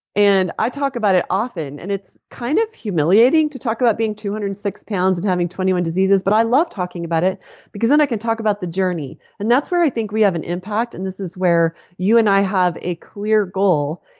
and i talk about it often. and it's kind of humiliating to talk about being two hundred and six pounds and having twenty one diseases, but i love talking about it because then i can talk about the journey. and that's where i think we have an impact. and this is where you and i have a clear goal.